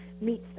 meets